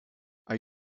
are